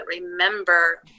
remember